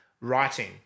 writing